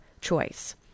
choice